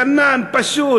גנן פשוט,